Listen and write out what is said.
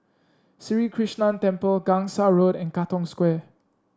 Sri Krishnan Temple Gangsa Road and Katong Square